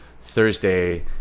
thursday